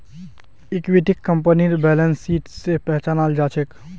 इक्विटीक कंपनीर balance sheet स पहचानाल जा छेक